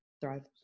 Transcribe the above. thrive